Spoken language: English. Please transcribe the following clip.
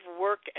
Work